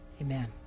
Amen